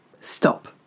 Stop